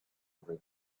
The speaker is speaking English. over